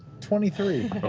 twenty three.